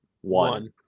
One